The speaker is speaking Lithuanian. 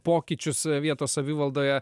pokyčius vietos savivaldoje